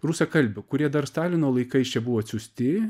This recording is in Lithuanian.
rusakalbių kurie dar stalino laikais čia buvo atsiųsti